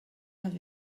have